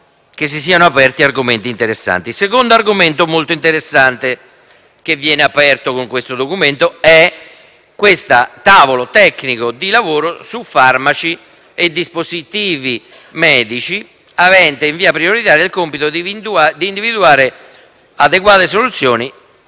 Un secondo argomento molto interessante che viene aperto con questo documento riguarda il tavolo tecnico di lavoro su farmaci e dispositivi medici avente in via prioritaria il compito di individuare adeguate soluzioni